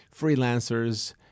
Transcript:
freelancers